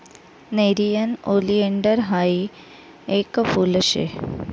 nerium oleander हायी येक फुल शे